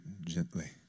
gently